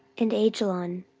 and aijalon,